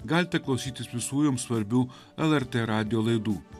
galite klausytis visų jums svarbių lrt radijo laidų